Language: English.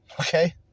Okay